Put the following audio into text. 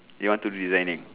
you want to resigning